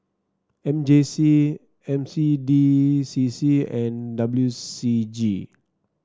M J C N C D C C and W C G